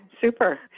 Super